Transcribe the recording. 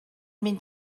mynd